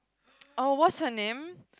oh what's her name